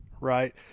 right